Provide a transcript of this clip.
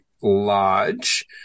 large